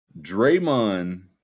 Draymond